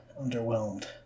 underwhelmed